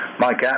Mike